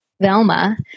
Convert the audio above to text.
Velma